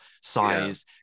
size